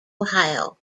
ohio